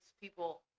people